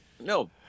No